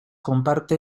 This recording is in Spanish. comparte